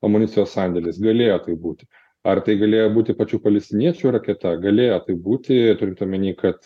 amunicijos sandėlis galėjo taip būti ar tai galėjo būti pačių palestiniečių raketa galėjo taip būti turint omeny kad